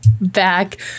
back